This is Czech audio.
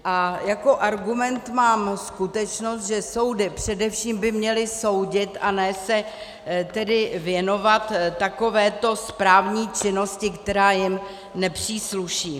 A jako argument mám zkušenost, že soudy především by měly soudit, a ne se tedy věnovat takovéto správní činnosti, která jim nepřísluší.